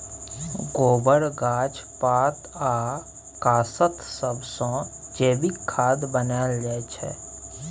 गोबर, गाछ पात आ कासत सबसँ जैबिक खाद बनाएल जाइ छै